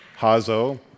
Hazo